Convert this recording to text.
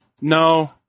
No